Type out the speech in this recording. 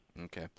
Okay